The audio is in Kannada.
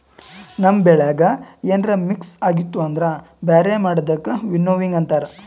ನಮ್ ಬೆಳ್ಯಾಗ ಏನ್ರ ಮಿಕ್ಸ್ ಆಗಿತ್ತು ಅಂದುರ್ ಬ್ಯಾರೆ ಮಾಡದಕ್ ವಿನ್ನೋವಿಂಗ್ ಅಂತಾರ್